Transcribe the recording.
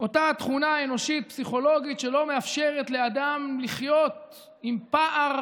אותה תכונה אנושית-פסיכולוגית שלא מאפשרת לאדם לחיות עם פער